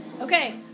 Okay